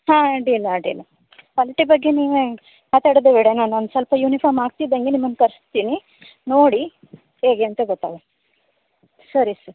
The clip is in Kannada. ಹಾಂ ಅಡ್ಡಿಲ್ಲ ಅಡ್ಡಿಲ್ಲ ಕ್ವಾಲಿಟಿ ಬಗ್ಗೆ ನೀವೆ ಮಾತಡೋದೆ ಬೇಡ ನಾನು ಒಂದು ಸ್ವಲ್ಪ ಯುನಿಫಾರ್ಮ್ ಆಗ್ತಿದ್ದಂಗೆ ನಿಮ್ಮನ್ನು ಕರೆಸ್ತೀನಿ ನೋಡಿ ಹೇಗೆ ಅಂತ ಗೊತ್ತಾಗತ್ತೆ ಸರಿ ಸರ್